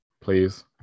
please